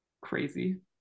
Crazy